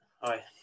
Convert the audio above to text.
Hi